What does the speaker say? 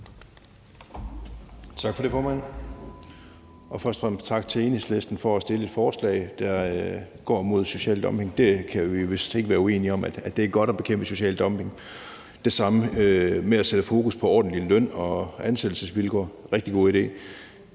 Tak for det, formand, og først og fremmest tak til Enhedslisten for at fremsætte et forslag, der går mod social dumping. Vi kan vist ikke være uenige om, at det er godt at bekæmpe social dumping. Det samme gælder i forhold til at sætte fokus på ordentlige løn- og ansættelsesvilkår; det er en